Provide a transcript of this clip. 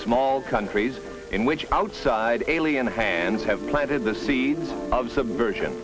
small countries in which outside alien hands have planted the seeds of subversion